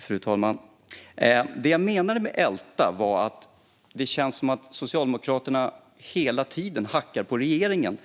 Fru talman! Det jag menade med "älta" var att det känns som om Socialdemokraterna hela tiden hackar på regeringen